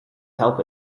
help